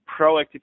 proactive